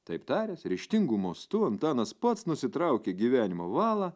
taip taręs ryžtingu mostu antanas pats nusitraukė gyvenimo valą